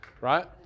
right